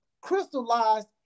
crystallized